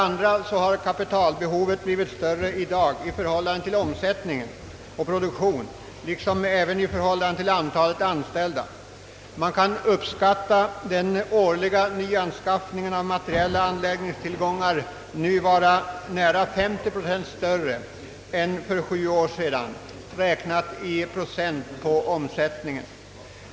Vidare har kapitalbehovet blivit större i dag i förhållande till omsättning och produktion, liksom även i förhållande till antalet anställda. Man kan uppskatta behovet av årliga nyanskaffningar av materiella anläggningstillgångar vara 50 procent större nu än för sju år sedan, räknat i procent på omsättningen.